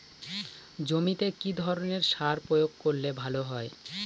জমিতে কি ধরনের সার প্রয়োগ করলে ভালো হয়?